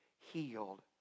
healed